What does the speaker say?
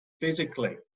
physically